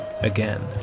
again